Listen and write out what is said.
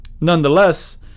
nonetheless